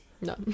no